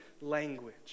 language